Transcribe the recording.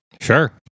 Sure